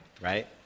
right